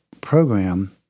program